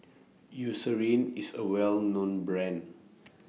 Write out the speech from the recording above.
Eucerin IS A Well known Brand